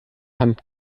hand